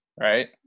right